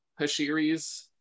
Hashiris